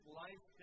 life